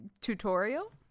tutorial